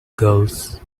girls